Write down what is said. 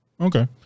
Okay